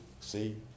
see